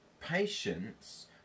Patience